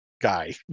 guy